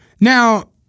Now